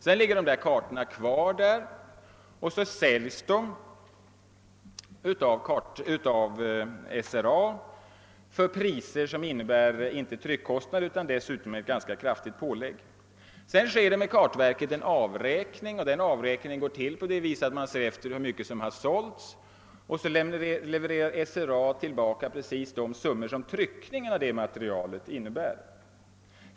Sedan ligger kartorna kvar hos reproduktionsanstalten, och så säljs de av denna till priser som innebär inte bara ersättning för trycknigskostnaderna utan dessutom ett ganska kraftigt pålägg. Därefter görs en avräkning med kartverket som går till på det viset att SRA ser efter hur mycket som har sålts, värpå man levererar tillbaka precis de summor som tryckningskostnaderna för detta material motsvarar.